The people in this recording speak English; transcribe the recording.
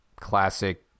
classic